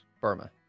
burma